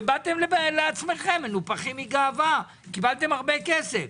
ובאתם לעצמכם מנופחים מגאווה קיבלתם הרבה כסף,